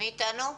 מי איתנו?